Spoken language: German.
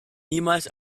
niemals